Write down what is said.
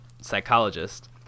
psychologist